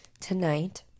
tonight